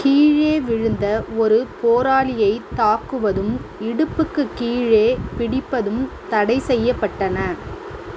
கீழே விழுந்த ஒரு போராளியைத் தாக்குவதும் இடுப்புக்குக் கீழே பிடிப்பதும் தடைசெய்யப்பட்டன